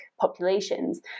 populations